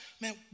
man